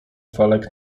felek